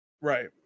Right